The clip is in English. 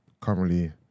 currently